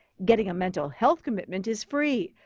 getting mental health commitment is free.